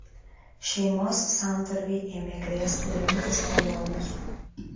šeimos santarvei ėmė grėsti rimtas pavojus